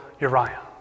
Uriah